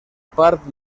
part